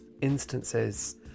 instances